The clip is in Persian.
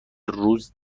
روز